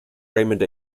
raymond